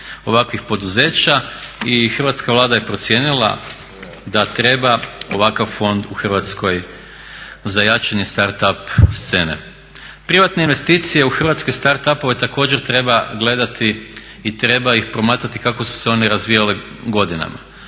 ovakvih poduzeća i hrvatska Vlada je procijenila da treba ovakav fond u Hrvatskoj za jačanje start up scene. Privatne investicije u Hrvatskoj star up također treba gledati i treba ih promatrati kako su se one razvijale godinama.